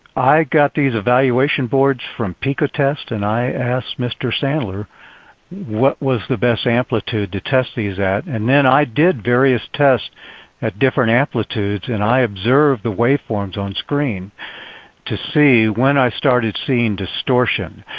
i got these evaluation board from picotest and i asked mr. sandler what was the best amplitude to test these at and then i did various tests at different amplitudes and i observed the waveforms on screen to see when i started seeing distortion.